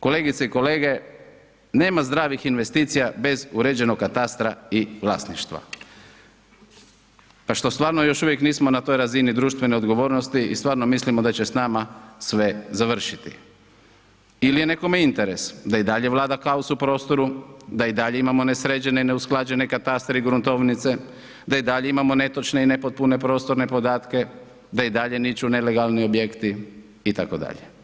Kolegice i kolege, nema zdravih investicija bez uređenog katastra i vlasništva, pa što stvarno još uvijek nismo na toj razini društvene odgovornosti i stvarno mislimo da će s nama sve završiti ili je nekome interes da i dalje vlada kaos u prostoru, da i dalje imamo nesređene i neusklađene katastre i gruntovnice, da i dalje imamo netočne i nepotpune prostorne podatke, da i dalje niču nelegalni objekti itd.